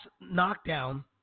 knockdown